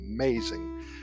amazing